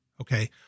Okay